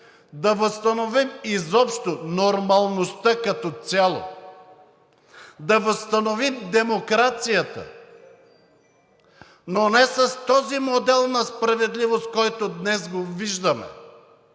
да възстановим изобщо нормалността като цяло. Да възстановим демокрацията, но не с този модел на справедливост, който днес го виждаме,